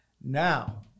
Now